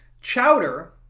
Chowder